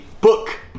book